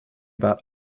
about